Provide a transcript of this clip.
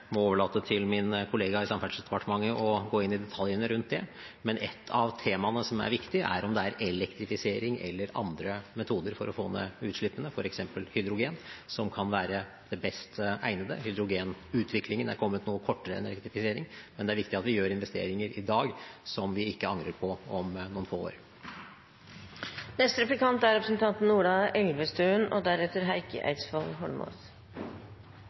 må overlate til min kollega i Samferdselsdepartementet å gå inn i detaljene rundt det. Men et av temaene som er viktig, er om det er elektrifisering eller andre metoder for å få ned utslippene, f.eks. hydrogen, som kan være det beste egnede. Hydrogenutviklingen har kommet noe kortere enn elektrifiseringen, men det er viktig at vi gjør investeringer i dag som vi ikke angrer på om noen få år. Statsråden pekte på at dette er et godt budsjett for naturmangfold og